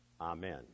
Amen